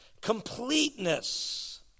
completeness